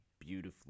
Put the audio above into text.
beautifully